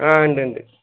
ആ ഉണ്ട് ഉണ്ട്